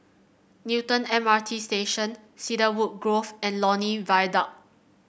Newton M R T Station Cedarwood Grove and Lornie Viaduct